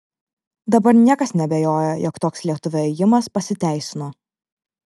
dabar niekas neabejoja jog toks lietuvio ėjimas pasiteisino